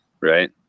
Right